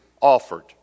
offered